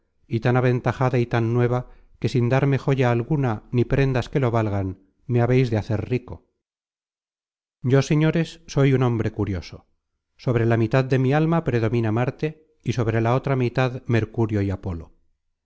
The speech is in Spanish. y tan aventajada y tan nueva que sin darme joya alguna ni prendas que lo valgan me habeis de hacer rico yo señores soy un hombre curioso sobre la mitad de mi alma predomina marte y sobre la otra mitad mercurio y apolo